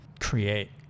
create